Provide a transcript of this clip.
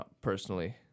personally